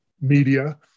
media